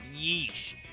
yeesh